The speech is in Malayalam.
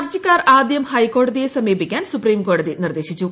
ഹർജിക്കാർ ആദ്യം ഹൈക്കോടതിയെ സമീപിക്കാൻ സുപ്രീംകോടതി നിർദ്ദേശിച്ചു